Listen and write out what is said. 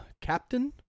captain